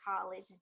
college